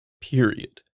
period